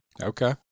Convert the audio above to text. Okay